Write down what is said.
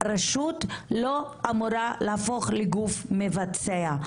הרשות לא אמורה להפוך לגוף מבצע,